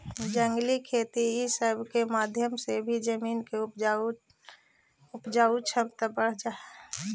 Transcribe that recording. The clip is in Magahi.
जंगली खेती ई सब के माध्यम से भी जमीन के उपजाऊ छमता बढ़ हई